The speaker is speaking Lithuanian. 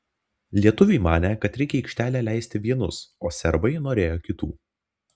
lietuviai manė kad reikia į aikštelę leisti vienus o serbai norėjo kitų